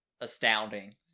astounding